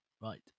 Right